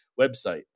website